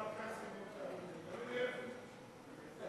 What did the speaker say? תלוי איפה.